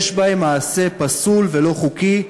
יש בהן מעשה פסול ולא חוקי,